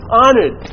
honored